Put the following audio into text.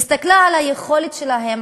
היא הסתכלה על היכולת שלהם,